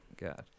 God